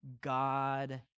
God